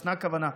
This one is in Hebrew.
ישנה כוונה.